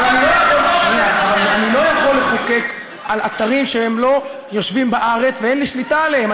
אבל אני לא יכול לחוקק על אתרים שלא יושבים בארץ ואין לי שליטה עליהם.